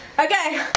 okay!